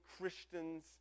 Christians